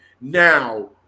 now